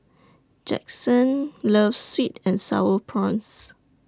Jaxson loves Sweet and Sour Prawns